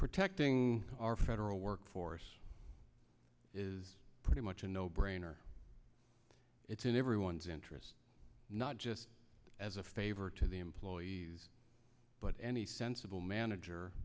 protecting our federal workforce is pretty much a no brainer it's in everyone's interest not just as a favor to the employees but any sensible manager